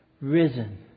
Risen